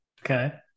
Okay